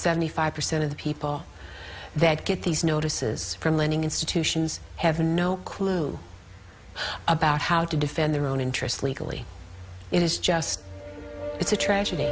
seventy five percent of the people that get these notices from lending institutions have no clue about how to defend their own interests legally it is just it's a tragedy